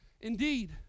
Indeed